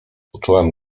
uczułem